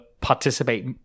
participate